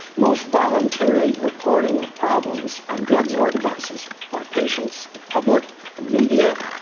most voluntary reporting of problems on drugs or devices by patients, the public, the media,